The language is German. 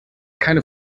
keine